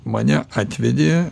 mane atvedė